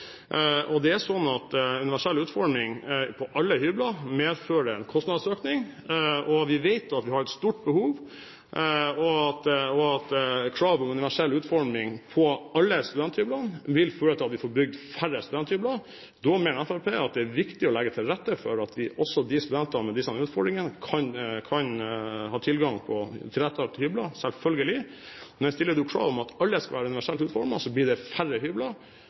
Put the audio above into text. Det er slik at universell utforming av alle studenthybler medfører en kostnadsøkning. Vi vet at behovet er stort, og at kravet om universell utforming av alle studenthyblene vil føre til at vi får bygd færre studenthybler. Fremskrittspartiet mener at det er viktig å legge til rette for at også studentene med disse utfordringene kan ha tilgang på tilrettelagte hybler, selvfølgelig, men stiller man krav om at alle hybler skal være universelt utformet, blir det færre hybler enn det blir med vår tilnærming. Vi mener at dette er så viktig at vi må få bygd flest mulig hybler